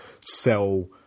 sell